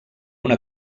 una